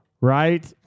right